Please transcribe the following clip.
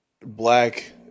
black